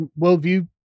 worldview